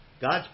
God's